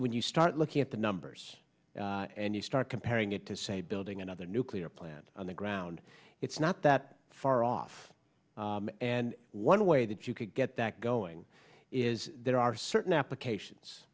when you start looking at the numbers and you start comparing it to say building another nuclear plant on the ground it's not that far off and one way that you could get that going is there are certain applications